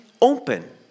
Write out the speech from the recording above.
open